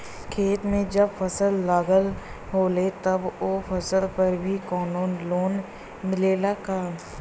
खेत में जब फसल लगल होले तब ओ फसल पर भी कौनो लोन मिलेला का?